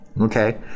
Okay